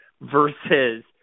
versus